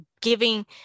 giving